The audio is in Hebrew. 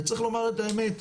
וצריך לומר את האמת,